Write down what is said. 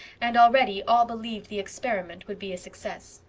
and already all believed the experiment would be a success.